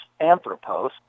anthropos